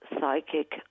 psychic